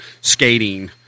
skating